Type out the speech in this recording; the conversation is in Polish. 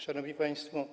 Szanowni Państwo!